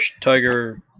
Tiger